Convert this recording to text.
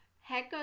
hackers